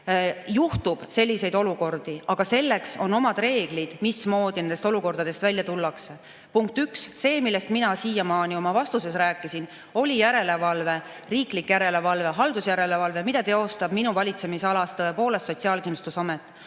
Juhtub selliseid olukordi, aga on omad reeglid, mismoodi nendest olukordadest välja tullakse. See oli punkt üks. See, millest mina siiamaani oma vastuses rääkisin, oli järelevalve, riiklik järelevalve ja haldusjärelevalve, mida teostab minu valitsemisalas tõepoolest Sotsiaalkindlustusamet.